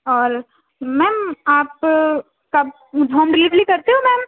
اور میم آپ کب ہوم ڈلیبلی کرتے ہو میم